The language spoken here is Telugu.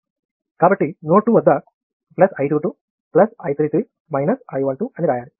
కాబట్టి నోడ్ 2 వద్ద I 22 I 33 I 12 అని రాయాలి